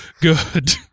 good